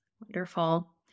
Wonderful